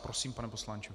Prosím, pane poslanče.